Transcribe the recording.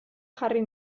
jarri